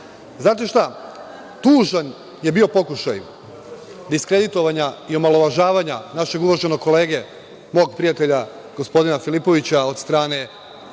108.Znate šta, tužan je bio pokušaj diskreditovanja i omalovažavanja našeg uvaženog kolege, mog prijatelja gospodina Filipovića, od strane